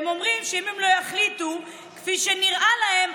הם אומרים שאם לא יחליטו כפי שנראה להם,